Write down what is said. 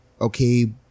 okay